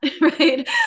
right